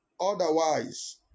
Otherwise